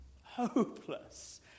Hopeless